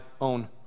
own